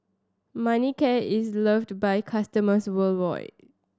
Manicare is loved by customers worldwide